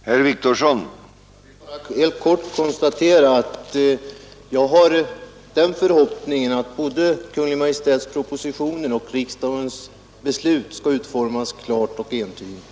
Herr talman! Jag vill bara konstatera att jag har den förhoppningen att både Kungl. Maj:ts propositioner och riksdagens beslut skall utformas klart och entydigt.